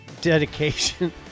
Dedication